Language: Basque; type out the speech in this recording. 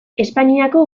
espainiako